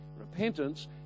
Repentance